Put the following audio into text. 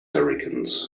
hurricanes